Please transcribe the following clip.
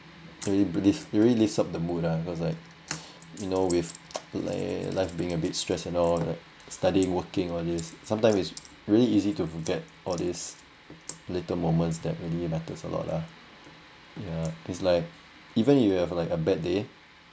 it really it really lifts up the mood lah cause like you know with like life being a bit stress you know studying working all this sometimes it's really easy to forget all these little moments that really matters a lot lah ya is like even if you have like a bad day